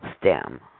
stem